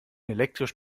elektrisch